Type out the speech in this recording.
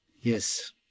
Yes